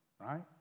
Right